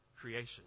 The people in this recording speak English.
creation